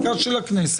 בסדר גמור.